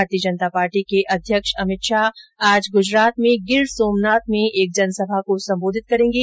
भारतीय जनता पार्टी के अध्यक्ष अमित शाह आज गुजरात में गिर सोमनाथ में एक जनसभा को संबोधित करेंगे